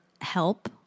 help